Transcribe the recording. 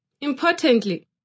Importantly